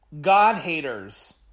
God-haters